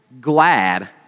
glad